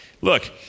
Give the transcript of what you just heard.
Look